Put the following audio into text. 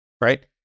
right